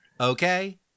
Okay